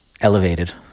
elevated